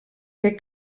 fer